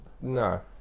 No